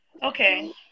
Okay